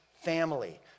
family